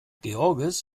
george’s